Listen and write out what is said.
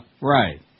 right